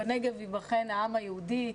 בנגב ייבחן העם היהודי.